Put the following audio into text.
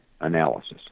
analysis